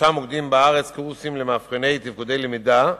בשלושה מוקדים בארץ קורסים למאבחני תפקודי למידה,